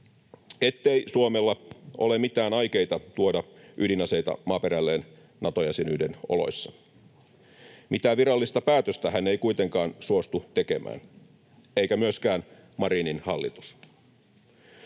ettei Suomella ole mitään aikeita tuoda ydinaseita maaperälleen Nato-jäsenyyden oloissa. Mitään virallista päätöstä hän ei kuitenkaan suostu tekemään, eikä myöskään Marinin hallitus.